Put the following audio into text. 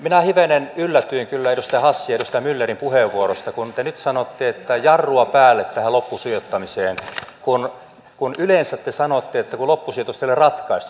minä hivenen yllätyin kyllä edustaja hassin ja edustaja myllerin puheenvuoroista kun te nyt sanotte että jarrua päälle tähän loppusijoittamiseen kun yleensä te sanotte että loppusijoitusta ei ole ratkaistu